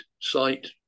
site